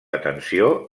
atenció